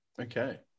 Okay